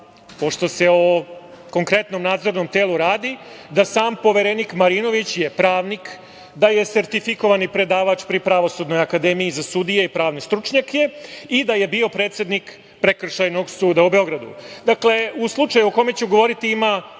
pošto se o konkretnom nadzornom telu radi, da sam poverenik Marinović je pravnik, da je sertifikovani predavač pri Pravosudnoj akademiji za sudije i pravne stručnjake i da je bio predsednik Prekršajnog suda u Beogradu. Dakle, o slučaju o kom ću govoriti, ima